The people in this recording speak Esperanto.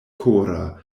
kora